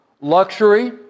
luxury